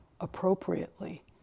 appropriately